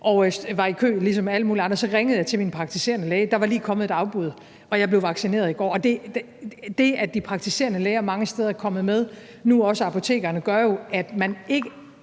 jeg var i kø ligesom alle mulige andre, og så ringede jeg til min praktiserende læge; der var lige kommet et afbud, og jeg blev vaccineret i går. Det, at de praktiserende læger mange steder er kommet med, og nu også apotekerne, gør jo, at man ikke